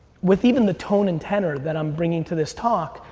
with even the tone and tenor that i'm bringing to this talk,